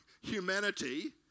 humanity